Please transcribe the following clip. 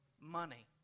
money